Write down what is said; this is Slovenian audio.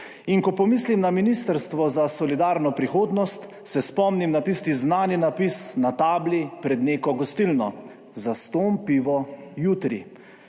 In ko pomislim na Ministrstvo za solidarno prihodnost, se spomnim na tisti znani napis na tabli pred neko gostilno, zastonj pivo jutri.